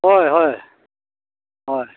হয় হয় হয়